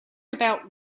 about